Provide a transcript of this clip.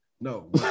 No